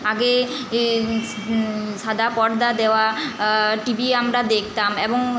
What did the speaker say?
আগে এ সাদা পর্দা দেওয়া টিভি আমরা দেখতাম এবং